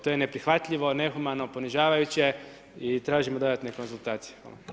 To je neprihvatljivo, nehumano, ponižavajuće i tražimo dodatne konzultacije, hvala.